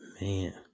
Man